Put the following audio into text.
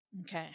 Okay